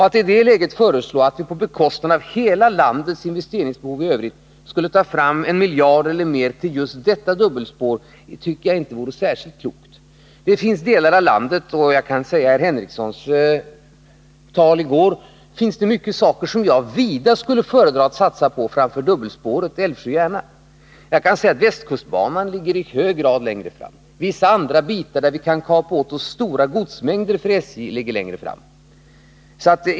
Att i det läget föreslå att vi på bekostnad av hela landets investeringsbehov i övrigt skulle ta fram en miljard eller mer till just detta dubbelspår tycker jag inte vore särskilt klokt. Det finns i landet många saker som jag vida hellre skulle satsa på än dubbelspåret Älvsjö-Järna. Västkustbanan ligger i hög grad längre fram. Vissa andra bandelar, där vi kan kapa åt oss stora godsmängder för SJ, ligger längre fram.